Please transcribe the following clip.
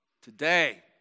today